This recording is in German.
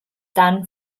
dann